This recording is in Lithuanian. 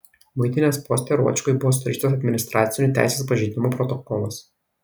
muitinės poste ruočkui buvo surašytas administracinių teisės pažeidimų protokolas